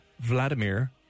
Vladimir